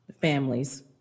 families